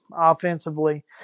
offensively